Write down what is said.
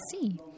see